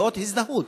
כאות הזדהות,